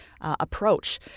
approach